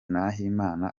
nahimana